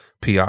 PR